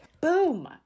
Boom